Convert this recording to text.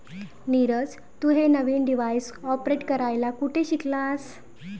नीरज, तू हे नवीन डिव्हाइस ऑपरेट करायला कुठे शिकलास?